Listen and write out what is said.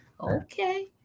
okay